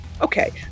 Okay